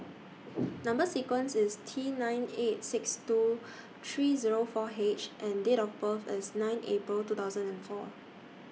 Number sequence IS T nine eight six two three Zero four H and Date of birth IS nine April two thousand and four